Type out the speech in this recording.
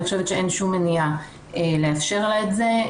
אני חושבת שאין שום מניעה לאפשר לה את זה.